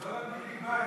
הם לא למדו ליבה,